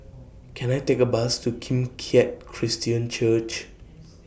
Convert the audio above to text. Can I Take A Bus to Kim Keat Christian Church